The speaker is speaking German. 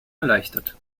erleichtert